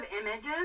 images